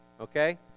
okay